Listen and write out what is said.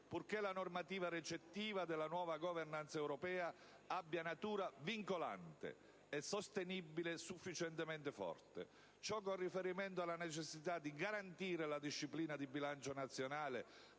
purché la normativa recettiva della nuova *governance* europea «abbia una natura vincolante e sostenibile sufficientemente forte». Ciò con riferimento alla necessità di garantire la disciplina di bilancio nazionale